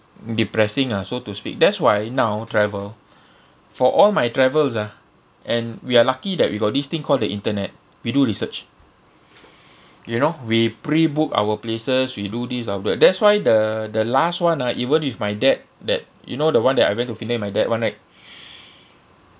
depressing ah so to speak that's why now travel for all my travels ah and we are lucky that we got this thing called the internet we do research you know we pre book our places we do this upgrade that's why the the last [one] ah even if my dad that you know the one that I went to finland with my dad [one] right